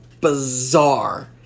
bizarre